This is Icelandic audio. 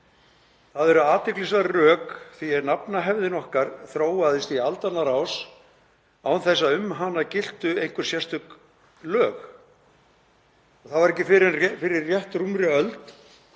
Það eru athyglisverð rök því að nafnahefðin okkar þróaðist í aldanna rás án þess að um hana giltu einhver sérstök lög. Það var ekki fyrr en fyrir rétt rúmri öld